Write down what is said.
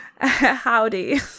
Howdy